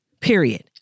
period